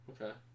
Okay